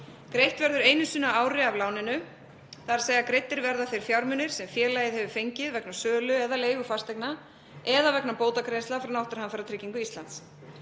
Greitt verður einu sinni á ári af láninu, þ.e. greiddir verða þeir fjármunir sem félagið hefur fengið vegna sölu eða leigu fasteigna eða vegna bótagreiðslna frá Náttúruhamfaratryggingu Íslands.